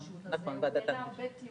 הממונה על הנגישות, והוא העלה הרבה טיעונים.